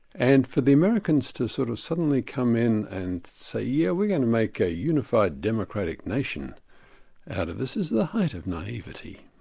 and for the americans to sort of suddenly come in and say yes, yeah we're going to make a unified democratic nation out of this, is the height of naivete.